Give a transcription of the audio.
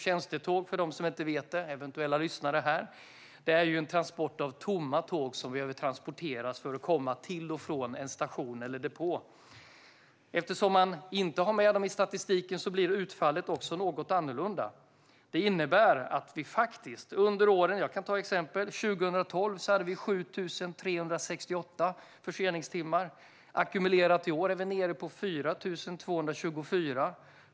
Tjänstetåg är - för eventuella lyssnare som inte vet det - tomma tåg som behöver transporteras för att komma till och från en station eller depå. Eftersom man inte har med dem i statistiken blir utfallet också något annorlunda. Jag kan ta några exempel. År 2012 hade vi 7 368 förseningstimmar. I år är vi ackumulerat nere på 4 224.